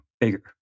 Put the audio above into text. bigger